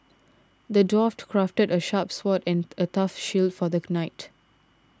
the dwarf crafted a sharp sword and a tough shield for the knight